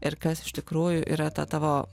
ir kas iš tikrųjų yra ta tavo